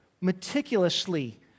meticulously